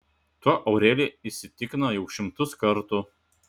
tuo aurelija įsitikino jau šimtus kartų